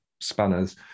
spanners